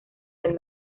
del